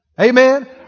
Amen